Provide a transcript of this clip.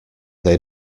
they